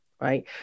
Right